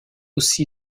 aussi